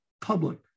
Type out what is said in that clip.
public